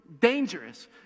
dangerous